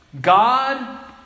God